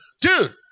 dude